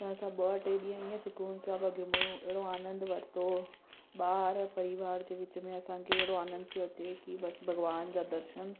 त असां ॿ टे ॾींहं ईअं सुकून सां पिया घुमूं अहिड़ो आनंदु वरितो ॿार परिवार जे विच में असांखे अहिड़ो आनंदु पियो अचे कि बसि भॻवान जा दर्शन